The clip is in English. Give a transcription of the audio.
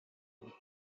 and